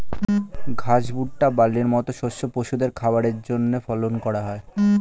ঘাস, ভুট্টা, বার্লির মত শস্য পশুদের খাবারের জন্যে ফলন করা হয়